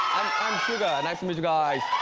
i'm suga. nice to meet you guys